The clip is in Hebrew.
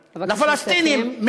לפלסטינים.